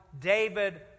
David